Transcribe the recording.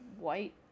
White